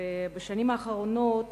ובשנים האחרונות